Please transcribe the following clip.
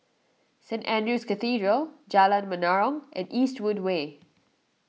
Saint andrew's Cathedral Jalan Menarong and Eastwood Way